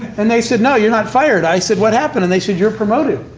and they said, no, you're not fired. i said, what happened? and they said, you're promoted.